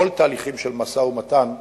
בכל התהליכים של משא-ומתן,